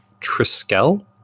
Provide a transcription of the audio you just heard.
Triskel